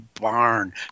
barn